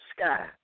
sky